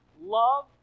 love